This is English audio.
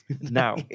now